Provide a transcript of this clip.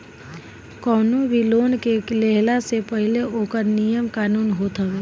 कवनो भी लोन के लेहला से पहिले ओकर नियम कानून होत हवे